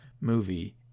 movie